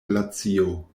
glacio